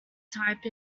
type